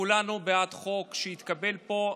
כולנו בעד החוק שיתקבל פה,